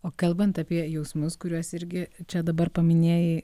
o kalbant apie jausmus kuriuos irgi čia dabar paminėjai